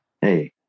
Hey